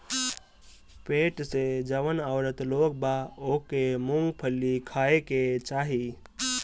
पेट से जवन औरत लोग बा ओके मूंगफली खाए के चाही